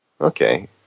Okay